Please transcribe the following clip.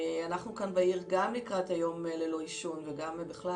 אנחנו בעיר גם לקראת היום ללא עישון וגם בכלל